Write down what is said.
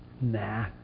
Nah